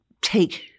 take